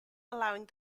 allowing